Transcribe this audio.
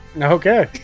Okay